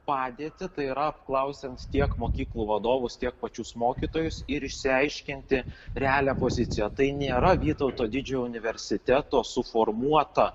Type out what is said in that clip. padėtį tai yra apklausiant tiek mokyklų vadovus tiek pačius mokytojus ir išsiaiškinti realią poziciją tai nėra vytauto didžiojo universiteto suformuota